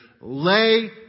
lay